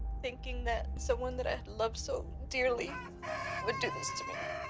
thinking that someone that i loved so dearly would do this to me,